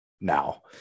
now